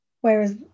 Whereas